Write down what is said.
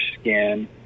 skin